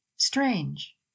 strange